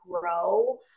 grow